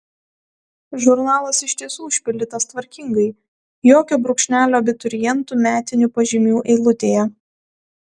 žurnalas iš tiesų užpildytas tvarkingai jokio brūkšnelio abiturientų metinių pažymių eilutėje